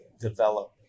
develop